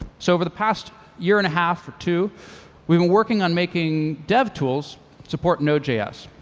so over the past year and a half or two we've been working on making devtools support node js.